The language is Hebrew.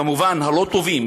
כמובן הלא-טובים,